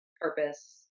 purpose